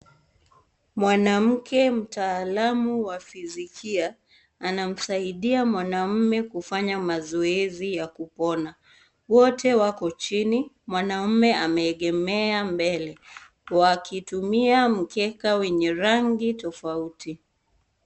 Mwanamke mtaalamu wa fisikia anamsaidia mwanaume kufanya mazoezi ya kupona. Wote wako chini. Mwanaume ameekemea mbele, wakitumia mkeka wenye rangi tofauti.